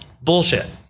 Bullshit